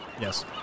Yes